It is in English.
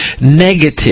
negative